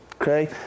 okay